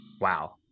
Wow